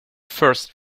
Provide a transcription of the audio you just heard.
first